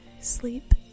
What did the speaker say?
Sleep